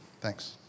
Thanks